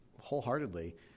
wholeheartedly